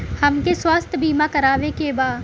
हमके स्वास्थ्य बीमा करावे के बा?